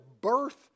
birth